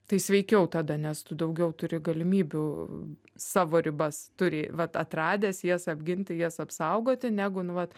tai sveikiau tada nes tu daugiau turi galimybių savo ribas turi vat atradęs jas apginti jas apsaugoti negu nu vat